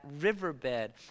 riverbed